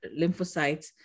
lymphocytes